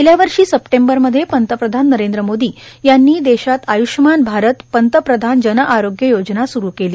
गेल्या वर्षी सप्टेंबर मध्ये पंतप्रधान नरेंद्र मोदी यांनी देशात आयष्यमान भारत पंतप्रधान जनआरोग्य योजना सुरू केली